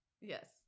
Yes